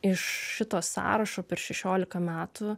iš šito sąrašo per šešiolika metų